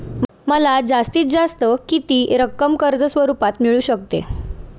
मला जास्तीत जास्त किती रक्कम कर्ज स्वरूपात मिळू शकते?